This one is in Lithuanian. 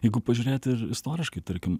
jeigu pažiūrėti ir istoriškai tarkim